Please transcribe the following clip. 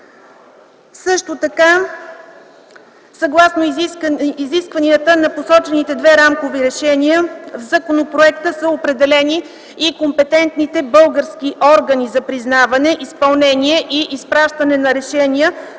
кодекс. Съгласно изискванията на посочените две рамкови решения в законопроекта са определени и компетентните български органи за признаване, изпълнение и изпращане на решения